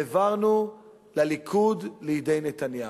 העברנו לליכוד, לידי נתניהו.